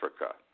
Africa